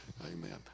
Amen